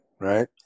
right